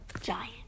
giant